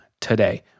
today